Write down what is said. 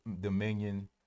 dominion